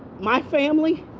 my family,